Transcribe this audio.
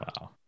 Wow